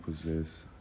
possess